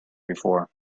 before